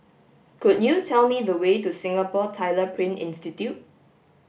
could you tell me the way to Singapore Tyler Print Institute